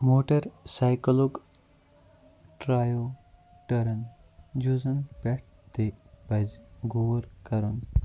motor سایکَلُک drive turn جوٗزَن پٮ۪ٹھ تہِ پَزِ غور کَرُن